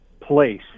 place